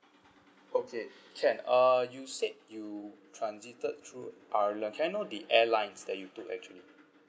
okay can uh you said you transited through ireland can I know the airlines that you took actually